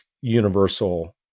universal